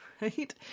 right